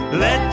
let